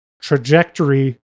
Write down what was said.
trajectory